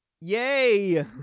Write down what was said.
Yay